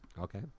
Okay